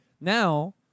Now